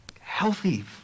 Healthy